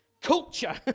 culture